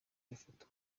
bifata